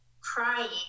crying